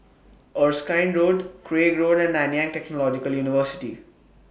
Erskine Road Craig Road and Nanyang Technological University